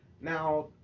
Now